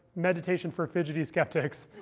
meditation for fidgety skeptics